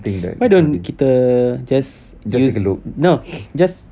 why don't kita just no just